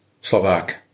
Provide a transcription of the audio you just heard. Slovak